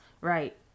right